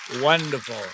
wonderful